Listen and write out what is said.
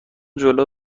جلو